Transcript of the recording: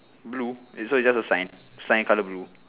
blue wait so it's just a sign sign colour blue